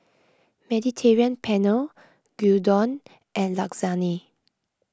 Mediterranean Penne Gyudon and Lasagne